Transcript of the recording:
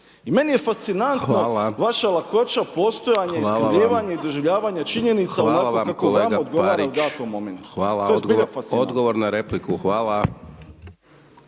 I meni je fascinantno vaša lakoća postojanja, iskrivljivanje i doživljavanje činjenica, onako kako vama odgovara u datom momentu, to je zbilja fascinantno.